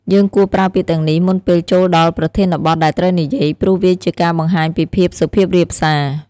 យើងគួរប្រើពាក្យទាំងនេះមុនពេលចូលដល់ប្រធានបទដែលត្រូវនិយាយ ព្រោះវាជាការបង្ហាញពីភាពសុភាពរាបសារ។